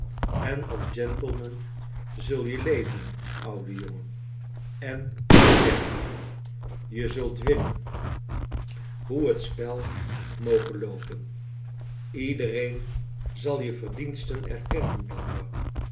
en als gentleman zul je leven ouwe jongen en sterven je zult winnen hoe het spel moge loopen iedereen zal je verdiensten erkennen blandois